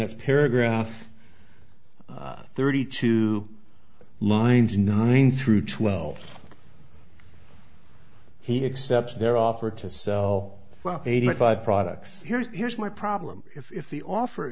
it's paragraph thirty two lines nine through twelve he accepts their offer to sell eighty five products here's here's my problem if the offer